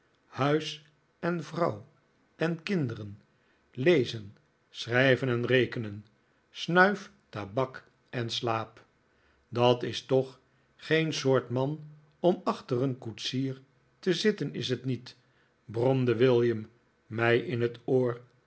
huis en vrouw en kinderen lezen schrijven en rekenen snuif tabak en slaap dat is toch geen soort man om achter een koetsier te zitten is het niet bromde william mij in mijn oor